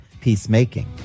peacemaking